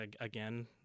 again